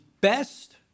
best